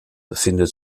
befindet